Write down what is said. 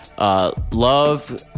Love